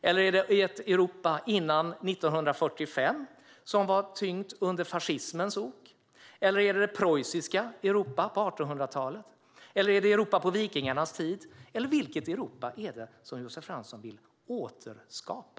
Är det Europa före 1945, som var tyngt under fascismens ok? Är det 1800-talets preussiska Europa? Är det Europa på vikingarnas tid? Vilket Europa är det Josef Fransson vill återskapa?